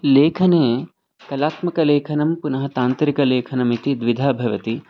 लेखने कलात्मकलेखनं पुनः तान्त्रिकलेखनमिति द्विधा भवति